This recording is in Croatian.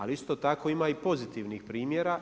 Ali, isto tako ima i pozitivnih primjera.